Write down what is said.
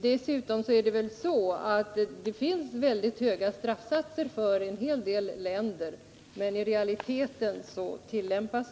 Dessutom är väl straffsatserna mycket höga i en hel del länder, utan att de i realiteten tillämpas.